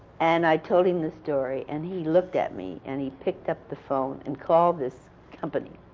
and i told him the story, and he looked at me, and he picked up the phone and called this company,